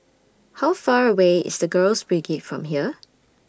How Far away IS The Girls Brigade from here